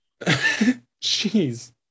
Jeez